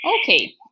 Okay